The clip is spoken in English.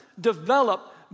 develop